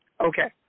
Okay